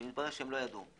ומתברר שהם לא ידעו.